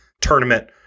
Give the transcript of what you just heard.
tournament